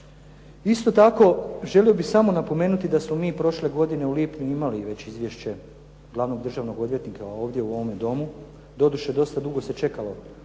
Isto tako želio bih samo napomenuti da smo mi prošle godine u lipnju imali već izvješće glavnog državnog odvjetnika ovdje u ovom Domu. Doduše dosta dugo se čekalo